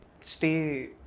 stay